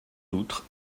outre